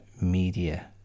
media